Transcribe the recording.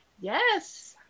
Yes